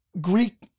greek